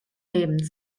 lebens